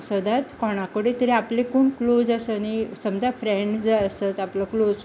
सदांच कोणा कडेन तरी आपले कोण क्लोज आसा न्ही समजा फ्रेंड जर आसत आपलो क्लोज